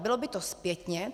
Bylo by to zpětně?